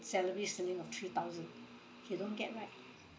salary ceiling of three thousand he don't get right